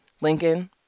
Lincoln